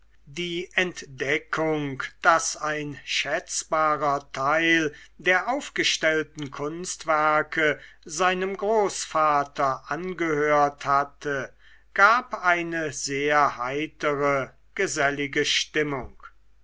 die entdeckung daß ein schätzbarer teil der aufgestellten kunstwerke seinem großvater angehört hatte gab eine sehr heitere gesellige stimmung